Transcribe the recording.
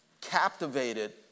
captivated